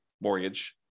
mortgage